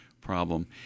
problem